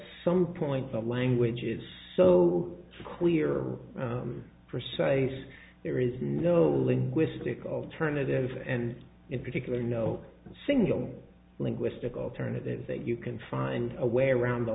some point the language is so clear for ses there is no linguist take alternative and in particular no single linguistic alternatives that you can find a way around the